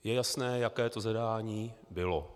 Je jasné, jaké to zadání bylo.